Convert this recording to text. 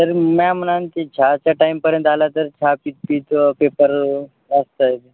तर मॅ म्हणलं ते चारच्या टाईमपर्यंत आला तर चहा पी पित पेपर जास्त येत